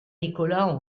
nicolas